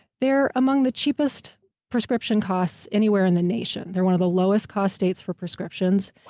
they're among the cheapest prescription costs anywhere in the nation. they're one of the lowest-cost states for prescription. so